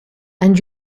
and